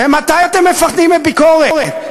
ממתי אתם מפחדים מביקורת?